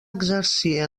exercir